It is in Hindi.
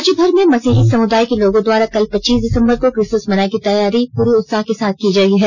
राज्यभर में मसीही समुदाय के लोगों द्वारा कल पच्चीस दिसंबर को किसमस मनाने की तैयारी पूरे उत्साह के साथ की गयी है